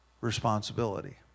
responsibility